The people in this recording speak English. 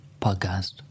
podcast